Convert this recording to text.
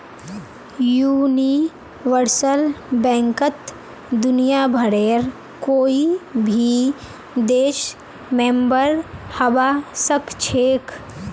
universal बैंकत दुनियाभरेर कोई भी देश मेंबर हबा सखछेख